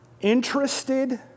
interested